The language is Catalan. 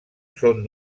són